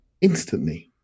instantly